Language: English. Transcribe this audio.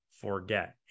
forget